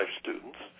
students